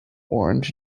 orange